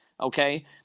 okay